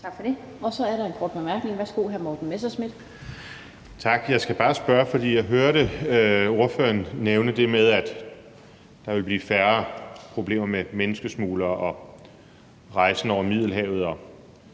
Tak for det. Så er der en kort bemærkning. Værsgo, hr. Morten Messerschmidt. Kl. 15:57 Morten Messerschmidt (DF): Tak. Jeg hørte ordføreren nævne det med, at der vil blive færre problemer med menneskesmuglere og rejsen over Middelhavet.